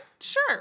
Sure